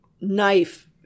knife